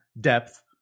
Depth